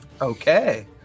Okay